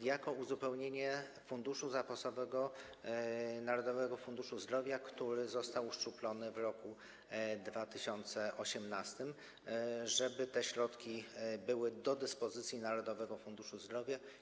jako uzupełnienie funduszu zapasowego Narodowego Funduszu Zdrowia, który został uszczuplony w roku 2018, żeby te środki były do dyspozycji Narodowego Funduszu Zdrowia.